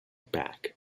back